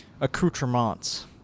accoutrements